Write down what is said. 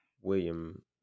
William